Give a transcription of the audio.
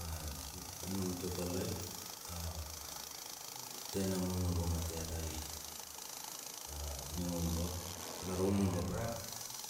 A nung tatalai a tena munurung atia tai a aning omubap, lar omubap rap,